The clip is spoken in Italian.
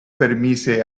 permise